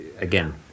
again